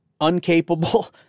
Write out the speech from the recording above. uncapable